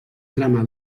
cremar